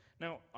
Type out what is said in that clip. Now